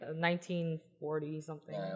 1940-something